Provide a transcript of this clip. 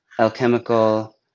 alchemical